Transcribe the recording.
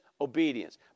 obedience